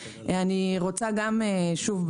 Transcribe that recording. אני רוצה שוב,